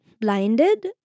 blinded